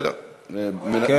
לסדר בפעם הראשונה.